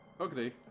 Okay